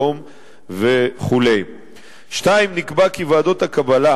לאום וכו'; 2. נקבע כי ועדות הקבלה,